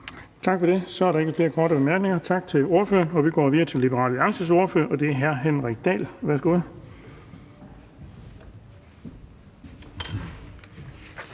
Bonnesen): Der er ikke flere korte bemærkninger. Tak til ordføreren. Vi går videre til Liberal Alliances ordfører, og det er hr. Henrik Dahl. Værsgo.